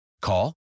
Call